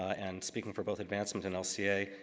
and speaking for both advancement and lca,